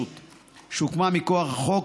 שהוקמה מכוח החוק,